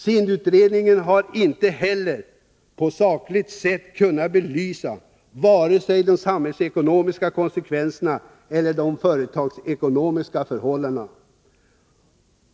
SIND:s utredning har inte heller på ett sakligt sätt kunnat belysa vare sig de samhällsekonomiska konsekvenserna eller de företagsekonomiska förhållandena.